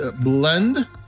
Blend